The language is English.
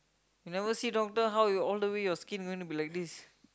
you never see doctor how you all the way your skin is going to be like this